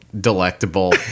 delectable